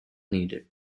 needed